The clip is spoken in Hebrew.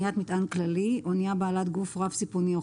"אניית מטען כללי" אנייה בעלת גוף רב-סיפוני או